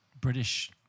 British